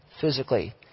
physically